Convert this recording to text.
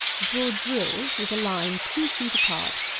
draw drills with a line two feet apart,